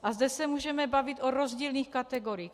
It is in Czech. A zde se můžeme bavit o rozdílných kategoriích.